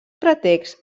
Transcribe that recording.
pretext